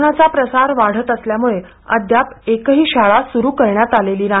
कोरोनाचा प्रसार वाढत असल्याम्ळे अद्याप एकही शाळा सुरु करण्यात आलेली नाही